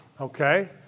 Okay